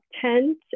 tent